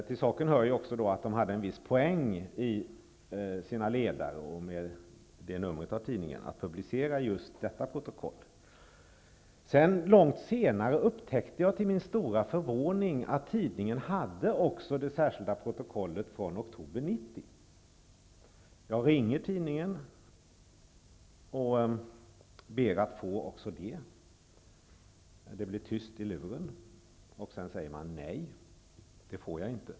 Till saken hör att tidningen hade en viss poäng med att publicera protokollet i just det numret. Långt senare upptäckte jag till min stora förvåning att tidningen hade även det särskilda protokollet från oktober 1990. Jag ringde tidningen igen och bad att få också det protokollet. Det blev tyst i luren, och sedan sade man nej.